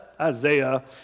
Isaiah